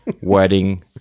wedding